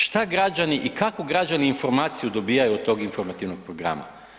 Šta građani i kakvu građani informaciju dobijaju od tog informativnog programa?